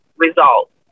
results